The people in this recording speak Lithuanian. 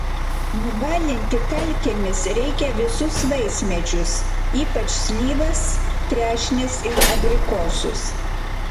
nubalinti kalkėmis reikia visus vaismedžius ypač slyvas trešnes ir abrikosus